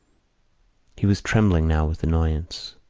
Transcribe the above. he was trembling now with annoyance.